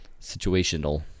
situational